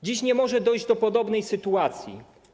Dziś nie może dojść do podobnej sytuacji.